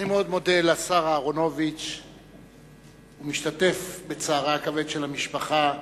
אני מאוד מודה לשר אהרונוביץ ומשתתף בצערה הכבד של המשפחה.